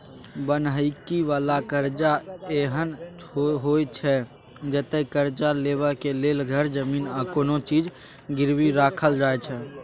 बन्हकी बला करजा एहन होइ छै जतय करजा लेबाक लेल घर, जमीन आ कोनो चीज गिरबी राखल जाइ छै